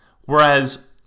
Whereas